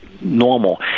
normal